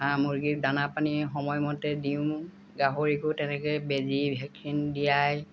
হাঁহ মুৰ্গীক দানা পানী সময়মতে দিওঁ গাহৰিকো তেনেকৈ বেজি ভেকচিন দিয়াই